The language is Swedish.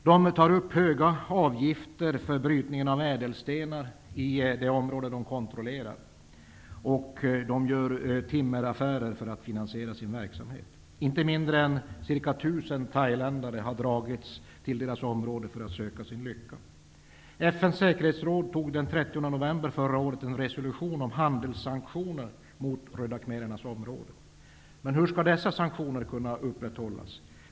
De tar upp höga avgifter för brytningen av ädelstenar i det område som de kontrollerar, och de gör timmeraffärer för att finansiera sin verksamhet. Inte mindre än ca 1 000 thailändare har dragits till deras område för att söka sin lycka där. FN:s säkerhetsråd antog den 30 november förra året en resolution om handelssanktioner mot de röda khmerernas område. Men hur skall dessa sanktioner kunna upprätthållas?